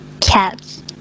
cats